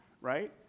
right